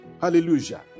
Hallelujah